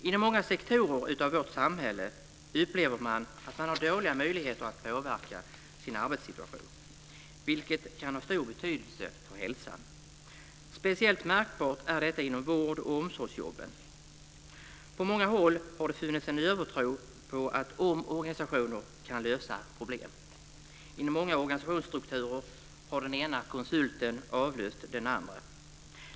Inom många sektorer i vårt samhälle upplever man att man har dåliga möjligheter att påverka sin arbetssituation, vilket kan ha stor betydelse för hälsan. Speciellt märkbart är detta inom vård och omsorgsjobben. På många håll har det funnits en övertro på att omorganisationer kan lösa problem. Inom många organisationsstrukturer har den ena konsulten avlöst den andra.